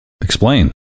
Explain